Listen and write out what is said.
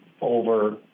over